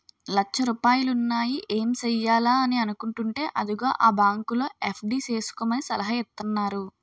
లచ్చ రూపాయలున్నాయి ఏం సెయ్యాలా అని అనుకుంటేంటే అదిగో ఆ బాంకులో ఎఫ్.డి సేసుకోమని సలహా ఇత్తన్నారు